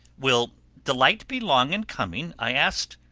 will the light be long in coming? i asked.